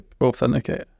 authenticate